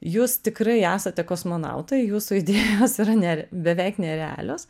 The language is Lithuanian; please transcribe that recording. jūs tikrai esate kosmonautai jūsų idėjos yra ner beveik nerealios